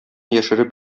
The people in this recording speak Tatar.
яшереп